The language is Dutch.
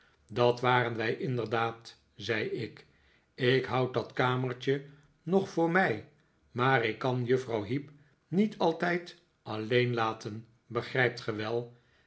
dat waren wij inderdaad zei ik ik houd dat kamertje nog voor mij maar ik kan juffrouw heep niet altijd alleen laten begrijpt ge wel